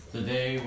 Today